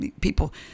people